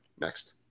Next